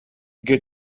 get